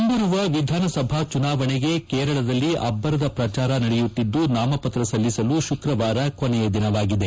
ಮುಂಬರುವ ವಿಧಾನಸಭಾ ಚುನಾವಣೆಗೆ ಕೇರಳದಲ್ಲಿ ಅಬ್ಬರದ ಪ್ರಚಾರ ನಡೆಯುತ್ತಿದ್ದು ನಾಮಪತ್ರ ಸಲ್ಲಿಸಲು ಶುಕ್ರವಾರ ಕೊನೆಯ ದಿನವಾಗಿದೆ